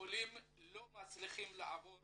העולים לא מצליחים לעבור